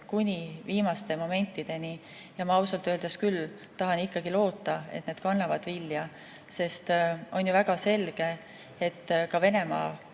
kuni viimaste momentideni. Ma ausalt öeldes tahan ikkagi loota, et need kannavad vilja. Sest on ju väga selge, et ka Venemaa